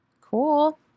Cool